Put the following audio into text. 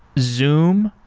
zoom,